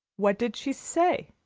what did she say?